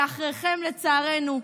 ואחריכם, לצערנו,